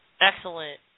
Excellent